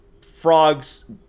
frogs